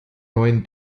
neuen